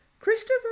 Christopher